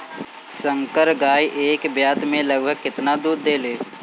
संकर गाय एक ब्यात में लगभग केतना दूध देले?